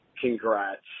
Congrats